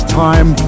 time